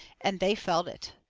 and they felt it.